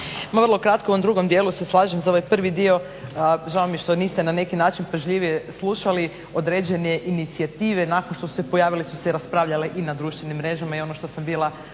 Vrlo kratko. U ovom drugom dijelu se slažem, za ovaj prvi dio žao mi je što niste na neki način pažljivije slušali određene inicijative nakon što su se pojavile su se raspravljale i na društvenim mrežama je ono što sam bila